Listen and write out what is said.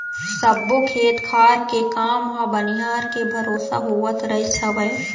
सब्बो खेत खार के काम ह बनिहार के भरोसा होवत रहिस हवय